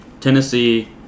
Tennessee